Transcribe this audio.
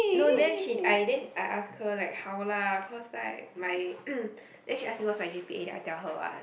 no then she I then I ask her like how lah cos like my then she ask me what's my g_p_a then I tell her what